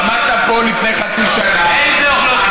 עמדת פה לפני חצי שנה, איזה אוכלוסיות נוספו?